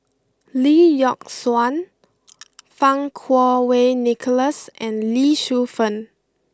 Lee Yock Suan Fang Kuo Wei Nicholas and Lee Shu Fen